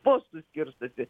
postus skirstosi